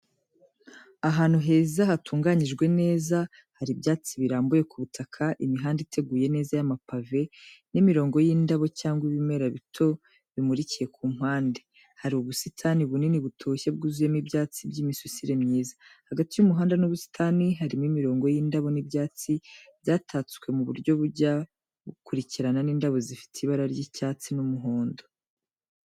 Ahantu heza hatunganyijwe neza, hari ibyatsi birambuye ku butaka, imihanda iteguye neza y’amapave, n’imirongo y’indabo cyangwa ibimera bito bimurikiye ku mpande. Hari ubusitani bunini butoshye bwuzuyemo ibyatsi by’imisusire myiza. Hagati y’umuhanda n’ubusitani harimo imirongo y’indabo n'ibyatsi byatatswe mu buryo bujya bukurikirana indabo zifite ibara ry'icyatsi n’umuhondo.